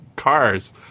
cars